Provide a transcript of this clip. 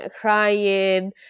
crying